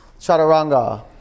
chaturanga